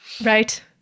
Right